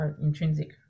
intrinsic